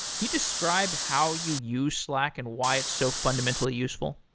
you describe how you use slack and why it's so fundamentally useful?